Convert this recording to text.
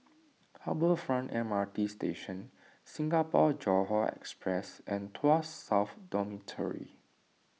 Harbour Front M R T Station Singapore Johore Express and Tuas South Dormitory